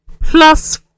plus